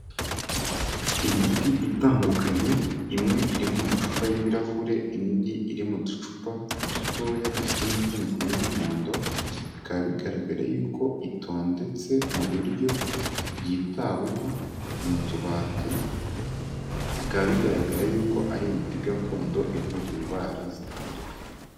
Imiti itandukanye, imwe iri mu macupa y'ibirahure, indi iri mu ducupa dutoya dufite imifuniko y'umuhondo, bikaba bigaragara yuko itondetse mu buryo yitaweho, mu tubati, bikaba bigaragara yuko ari imiti gakondo, ivura indwara zitandukanye.